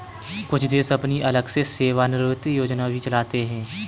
कुछ देश अपनी अलग से सेवानिवृत्त योजना भी चलाते हैं